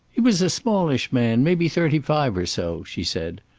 he was a smallish man, maybe thirty-five or so, she said.